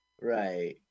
Right